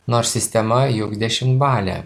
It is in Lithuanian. nors sistema juk dešimtbalė